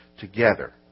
together